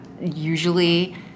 usually